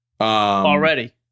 already